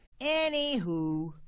Anywho